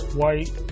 white